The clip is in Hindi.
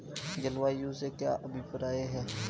जलवायु से क्या अभिप्राय है?